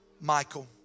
Michael